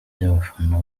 ry’abafana